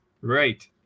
right